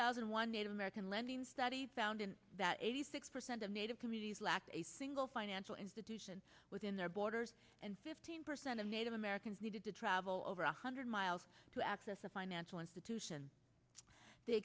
thousand one native american lending study found that eighty six percent of native communities lacked a single financial institution within their borders and fifteen percent of native americans needed to travel over one hundred miles to access a financial institution the